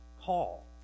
call